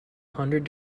hundred